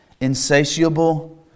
insatiable